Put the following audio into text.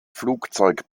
flugzeug